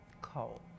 Cold